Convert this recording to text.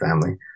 family